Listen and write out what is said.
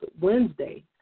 Wednesday